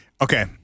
Okay